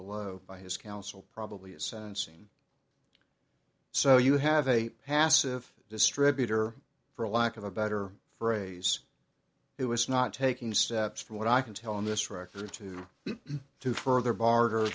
below by his counsel probably at sentencing so you have a passive distributor for lack of a better phrase it was not taking steps from what i can tell on this record to to further barter